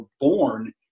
born